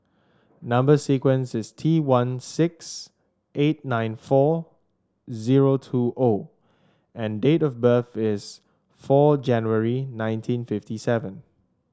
number sequence is T one six eight nine four zero two O and date of birth is four January nineteen fifteen seven